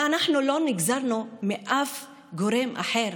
אנחנו לא נגזרנו מאף גורם אחר,